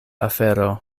afero